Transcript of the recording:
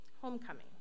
homecoming